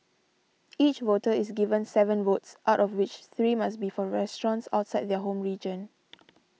each voter is given seven votes out of which three must be for restaurants outside their home region